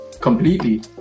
completely